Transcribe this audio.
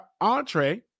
entree